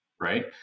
right